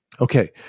Okay